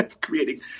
creating